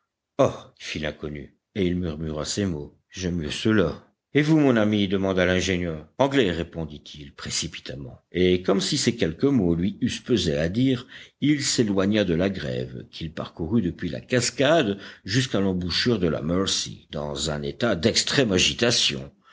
ah fit l'inconnu et il murmura ces mots j'aime mieux cela et vous mon ami demanda l'ingénieur anglais répondit-il précipitamment et comme si ces quelques mots lui eussent pesé à dire il s'éloigna de la grève qu'il parcourut depuis la cascade jusqu'à l'embouchure de la mercy dans un état d'extrême agitation